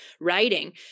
writing